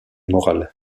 morale